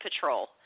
Patrol